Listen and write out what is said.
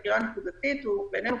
בעינינו,